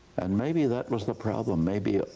and maybe that was the problem. maybe